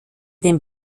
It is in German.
den